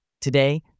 Today